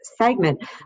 segment